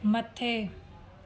मथे